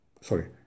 Sorry